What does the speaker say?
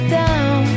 down